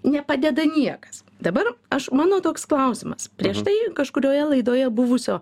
nepadeda niekas dabar aš mano toks klausimas prieš tai kažkurioje laidoje buvusio